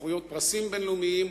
בתחרויות פרסים בין-לאומיים.